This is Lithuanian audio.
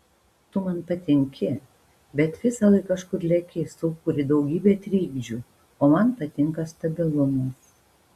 tu man patinki bet visąlaik kažkur leki sukuri daugybę trikdžių o man patinka stabilumas